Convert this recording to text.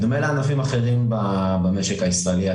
בדומה לענפים אחרים במשק הישראלי,